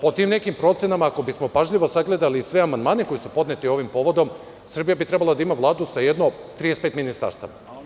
Po tim nekim procenama ako bismo pažljivo sagledali sve amandmane koji su podneti ovim povodom, Srbija bi trebala da ima vladu sa jedno 35 ministarstava.